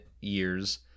years